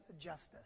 justice